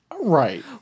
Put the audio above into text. Right